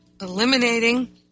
eliminating